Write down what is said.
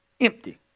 Empty